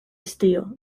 estío